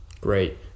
Great